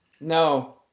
No